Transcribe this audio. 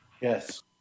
Yes